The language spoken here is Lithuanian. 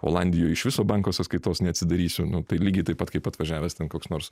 olandijoj iš viso banko sąskaitos neatsidarysiu nu tai lygiai taip pat kaip atvažiavęs ten koks nors